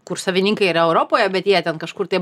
kur savininkai yra europoje bet jie ten kažkur tai